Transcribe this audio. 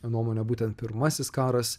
nuomone būtent pirmasis karas